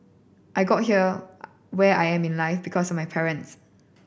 I got to here where I am in life because of my parents